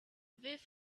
whiff